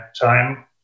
time